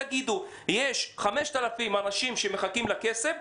תגידו: יש 5,000 אנשים שמחכים לכסף,